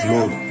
Lord